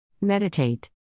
Meditate